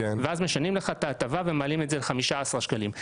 ואז משנים לך את ההטבה ומעלים את הסכום ל-15 שקלים.